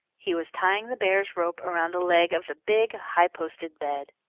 he was tying the bear's rope around a leg of the big, high-posted bed.